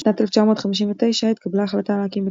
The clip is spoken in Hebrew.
בשנת 1959 התקבלה החלטה להקים בית